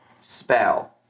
Spell